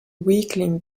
weakling